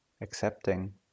accepting